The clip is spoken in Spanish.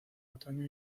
otoño